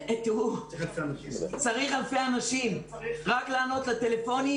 צריך אלפי אנשים רק לענות לטלפונים.